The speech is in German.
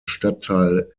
stadtteil